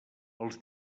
els